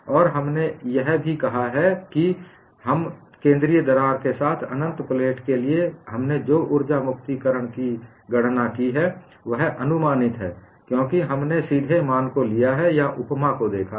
और हमने यह भी कहा है केंद्रीय दरार के साथ अनंत प्लेट के लिए हमने जो ऊर्जा मुक्तिकरण दर की गणना की है वह केवल अनुमानित है क्योंकि हमने सीधे मान को लिया है या उपमा को देखा है